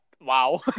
wow